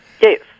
Yes